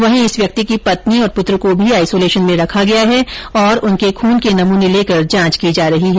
वहीं इस व्यक्ति की पत्नी और पुत्र को भी आईसोलेशन में रखा गया है और उनके खुन के नमूने लेकर जांच की जा रही है